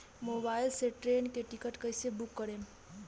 Mobile से train के ticket कैसे बूक करेम?